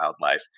wildlife